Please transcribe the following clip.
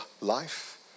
life